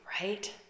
right